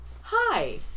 hi